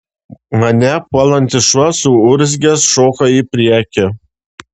mane puolantis šuo suurzgęs šoko į priekį